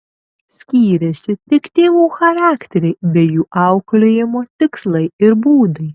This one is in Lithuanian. skyrėsi tik tėvų charakteriai bei jų auklėjimo tikslai ir būdai